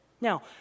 Now